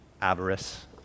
avarice